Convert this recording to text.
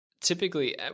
typically